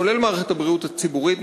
כולל מערכת הבריאות הציבורית,